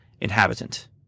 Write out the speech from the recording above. inhabitant